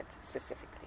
specifically